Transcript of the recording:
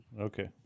Okay